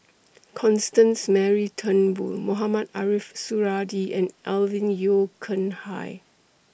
Constance Mary Turnbull Mohamed Ariff Suradi and Alvin Yeo Khirn Hai